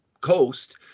coast